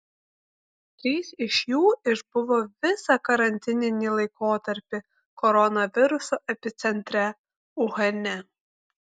trys iš jų išbuvo visą karantininį laikotarpį koronaviruso epicentre uhane